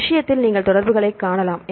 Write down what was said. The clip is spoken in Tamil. விஷயத்தில் நீங்கள் தொடர்புகளைக் காணலாம்